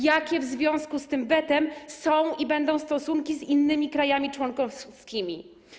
Jakie w związku z tym wetem są i będą stosunki z innymi krajami członkowskimi?